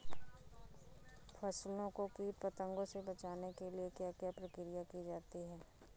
फसलों को कीट पतंगों से बचाने के लिए क्या क्या प्रकिर्या की जाती है?